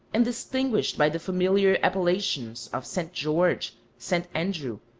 and distinguished by the familiar appellations of st. george, st. andrew,